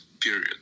period